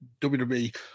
WWE